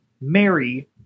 Mary